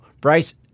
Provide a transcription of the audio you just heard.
Bryce